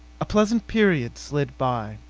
a pleasant period slid by,